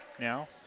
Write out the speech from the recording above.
now